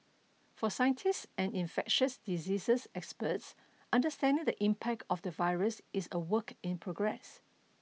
for scientists and infectious diseases experts understanding the impact of the virus is a work in progress